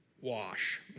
Wash